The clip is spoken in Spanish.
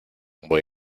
voy